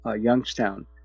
Youngstown